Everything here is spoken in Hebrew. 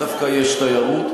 דווקא יש תיירות.